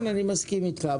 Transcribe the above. אני מסכים איתך.